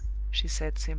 she said, simply.